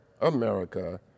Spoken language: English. America